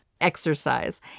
exercise